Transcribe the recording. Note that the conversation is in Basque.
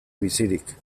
bizirik